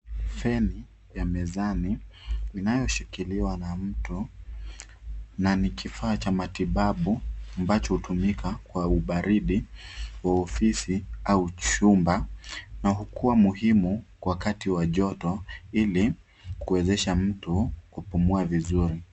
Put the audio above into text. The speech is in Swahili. Feni ya mezani inayoshikiliwa na mtu, na ni kifaa cha matibabu, ambacho hutumika kwa ubaridi wa ofisi au chumba na hukua muhimu wakati wa joto, ili kuwezesha mtu kupumua vizuri.